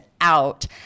out –